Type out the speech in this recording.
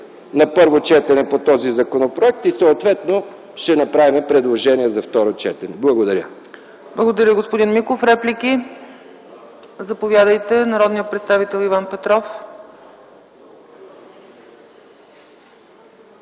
на първо четене по този законопроект и съответно ще направим предложения за второ четене. Благодаря. ПРЕДСЕДАТЕЛ ЦЕЦКА ЦАЧЕВА: Благодаря, господин Миков. Реплики? Заповядайте – народният представител Иван Петров.